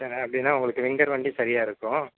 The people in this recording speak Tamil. அப்படின்னா உங்களுக்கு விங்கர் வண்டி சரியாக இருக்கும்